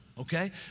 okay